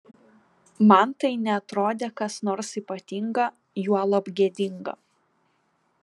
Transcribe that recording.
man tai neatrodė kas nors ypatinga juolab gėdinga